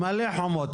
מלא חומות.